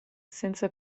senza